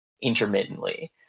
intermittently